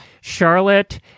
Charlotte